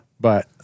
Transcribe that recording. But-